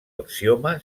axioma